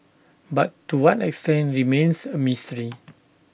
but to one extent remains A mystery